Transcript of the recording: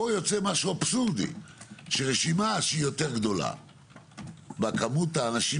יוצא פה משהו אבסורדי שרשימה שהיא יותר גדולה בכמות האנשים